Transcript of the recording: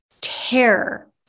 terror